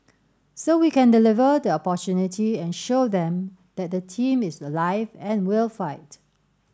so we can deliver the opportunity and show them that the team is alive and will fight